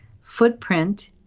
footprint